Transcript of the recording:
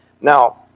Now